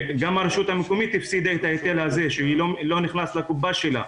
גם הרשות המקומית הפסידה את ההיטל על זה שלא נכנס לקופה שלה.